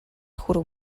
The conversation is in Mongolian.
хүрэв